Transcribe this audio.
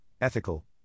ethical